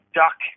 duck